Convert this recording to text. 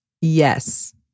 Yes